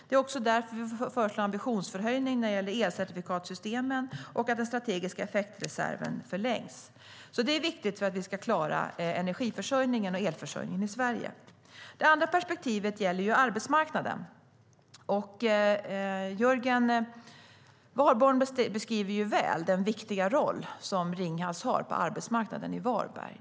Det är också därför vi föreslår en ambitionshöjning när det gäller elcertifikatssystemen och att den strategiska effektreserven förlängs. Det är viktigt för att vi ska klara energiförsörjningen och elförsörjningen i Sverige. Det andra perspektivet gäller arbetsmarknaden. Jörgen Warborn beskriver väl den viktiga roll som Ringhals har för arbetsmarknaden i Varberg.